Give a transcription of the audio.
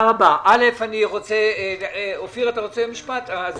אני רוצה לסכם.